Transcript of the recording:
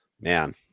man